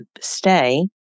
stay